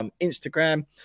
Instagram